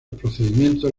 procedimientos